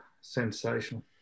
sensational